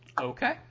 Okay